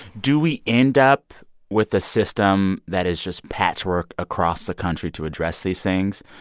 do we end up with a system that is just patchwork across the country to address these things?